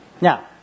Now